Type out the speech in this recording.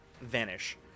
vanish